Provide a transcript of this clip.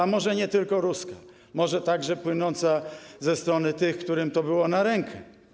A może i nie tylko ruska, może także płynąca ze strony tych, którym to było na rękę.